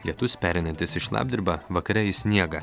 lietus pereinantis į šlapdribą vakare į sniegą